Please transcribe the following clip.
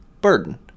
burden